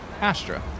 Astra